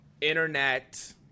Internet